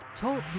Talk